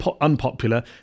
unpopular